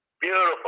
Beautiful